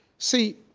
see,